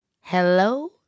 Hello